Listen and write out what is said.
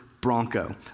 Bronco